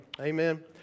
Amen